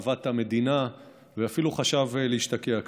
אהבת המדינה, ואפילו חשב להשתקע כאן.